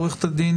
עורכת הדין,